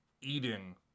eating